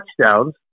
touchdowns